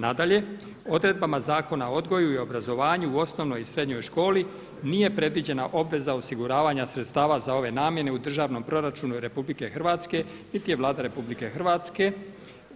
Nadalje, odredbama Zakona o odgoju i obrazovanju u osnovnoj i srednjoj školi nije predviđena obveza osiguravanja sredstava za ove namjene u državnom proračunu RH niti je Vlada RH